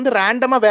random